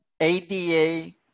ADA